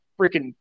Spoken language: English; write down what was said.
freaking